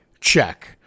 check